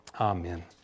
Amen